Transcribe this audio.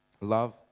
Love